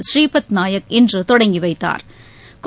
ஸ்ரீபத் நாயக் இன்று தொடங்கி வைத்தாா்